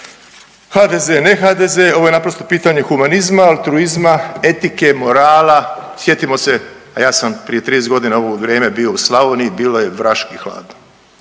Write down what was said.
HDZ, ne HDZ. Ovo je naprosto pitanje humanizma, altruizma, etike, morala, sjetimo se a ja sam prije 30 godina u ovo vrijeme bio u Slavoniji bilo je vraški hladno,